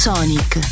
Sonic